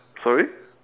sorry